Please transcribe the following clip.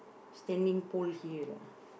standing pole here lah